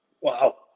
Wow